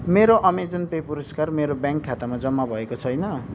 मेरो Amazon pay पुरस्कार मेरो ब्याङ्क खातामा जम्मा भएको छैन